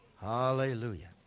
Hallelujah